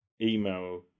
email